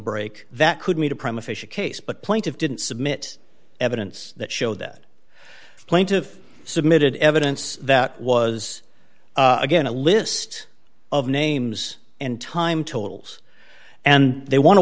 break that could mean a prima facia case but point of didn't submit evidence that showed that plaintiff submitted evidence that was again a list of names and time totals and they want to